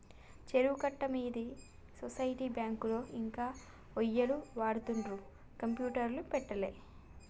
చెరువు కట్ట మీద సొసైటీ బ్యాంకులో ఇంకా ఒయ్యిలు వాడుతుండ్రు కంప్యూటర్లు పెట్టలే